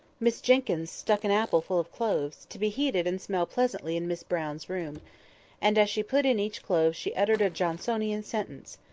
miss jenkyns stuck an apple full of cloves, to be heated and smell pleasantly in miss brown's room and as she put in each clove she uttered a johnsonian sentence.